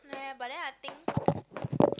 nah but then I think